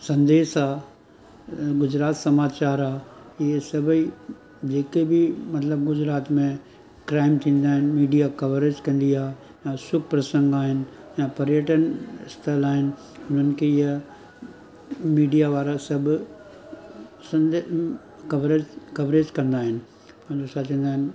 संदेश आहे गुजरात समाचारु आहे इअं सभेई जेके बि मतलबु गुजरात में क्राइम थींदा आहिनि मीडिया कवरेज कंदी आहे या सुप्रसंग आहिनि ऐं पर्यटन स्थल आहिनि हुननि खे इअं मीडिया वारा सभु संध कवरेज कवरेज कंदा आहिनि पंहिंजो छा चईंदा आहिनि